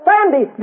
Sandy